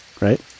Right